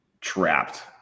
trapped